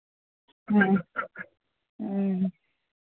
ᱦᱮᱸ ᱦᱮᱸ